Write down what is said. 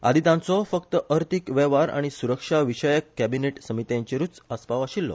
आदि तांचो फक्त अर्थिक वेव्हार आनी सुरक्षा विशयक कॅबिनेट समित्यांचेरुच आसपाव आशिल्लो